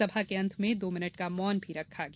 सभा के अंत में दो मिनट का मौन भी रखा गया